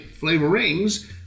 flavorings